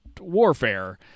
warfare